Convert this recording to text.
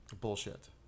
Bullshit